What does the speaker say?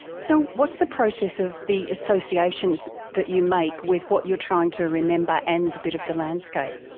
so what's the process of the associations that that you make with what you are trying to remember and the bit of the landscape?